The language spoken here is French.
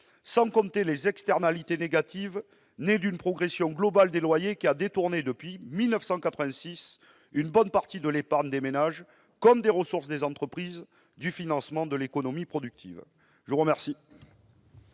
Sans compter les externalités négatives nées d'une progression globale des loyers qui a détourné, depuis 1986, une bonne partie de l'épargne des ménages comme des ressources des entreprises du financement de l'économie productive. La parole